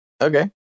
Okay